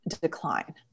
decline